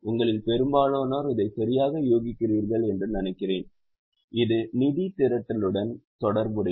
உங்களில் பெரும்பாலோர் இதை சரியாக யூகிக்கிறார்கள் என்று நினைக்கிறேன் இது நிதி திரட்டலுடன் தொடர்புடையது